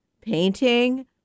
painting